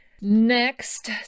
Next